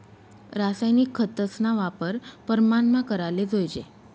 रासायनिक खतस्ना वापर परमानमा कराले जोयजे